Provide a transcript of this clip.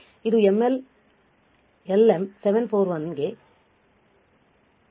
ಇದು LM7 4 1 ಗೆ 30000 ಆಗಿದೆ